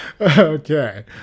Okay